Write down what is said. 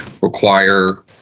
require